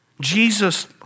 Jesus